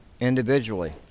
individually